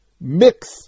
mix